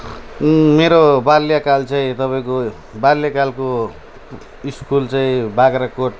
मेरो बाल्यकाल चाहिँ तपाईँको बाल्यकालको स्कुल चाहिँ बाग्राकोट